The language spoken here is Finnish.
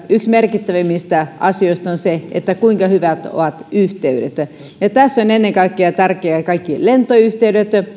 yksi merkittävimmistä asioista on se kuinka hyvät ovat yhteydet tässä ovat tärkeitä ennen kaikkea kaikki lentoyhteydet